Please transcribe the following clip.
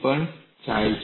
પર જાય છે